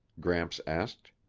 gramps asked.